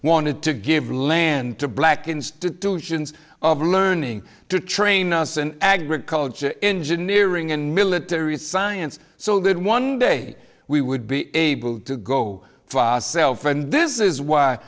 wanted to give land to black institutions of learning to train us an agriculture engineering and military science so that one day we would be able to go for self and this is why